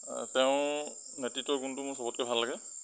তেওঁৰ নেতৃত্বৰ গুণটো মোৰ চবতকৈ ভাল লাগে